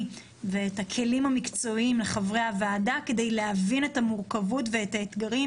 ואת הכלים המקצועיים לחברי הוועדה כדי להבין את המורכבות ואת האתגרים,